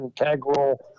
integral